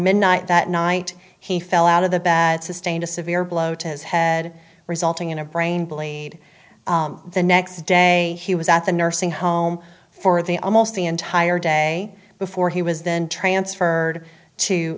midnight that night he fell out of the bat sustained a severe blow to his head resulting in a brain bleed the next day he was at the nursing home for the almost the entire day before he was then transferred to